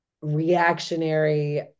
reactionary